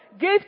Give